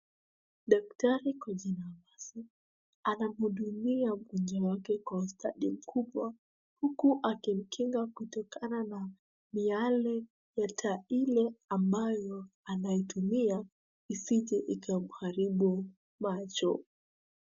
Daktari kwa jina Mercy, anamhudumia mgonjwa wake kwa ustadi mkubwa, huku akimkinga kutokana na miale ya taa ile ambayo anaitumia, isije ikamharibu macho.